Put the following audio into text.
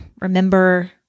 remember